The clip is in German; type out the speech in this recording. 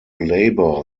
labor